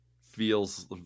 feels